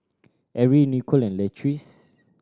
Erie Nicole and Leatrice